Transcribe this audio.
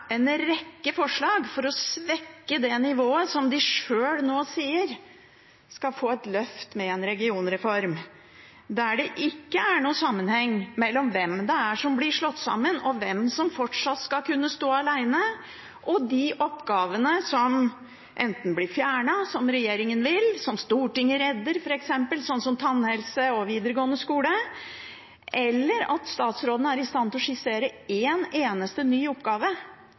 en rekke forslag for å svekke det nivået som de sjøl nå sier skal få et løft med en regionreform, der det ikke er noen sammenheng mellom hvem det er som blir slått sammen, hvem som fortsatt skal kunne stå alene, og de oppgavene som enten blir fjernet – slik regjeringen vil, som Stortinget redder, som f.eks. tannhelse og videregående skole – eller der statsråden er i stand til å skissere én eneste ny oppgave